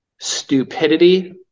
stupidity